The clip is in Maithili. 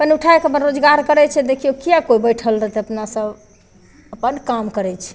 अपन ऊठाय कऽ अपन रोजगार करै छै देखियौ किए केओ बैसल रहतै अपना सब अपन काम करै छै